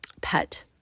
pet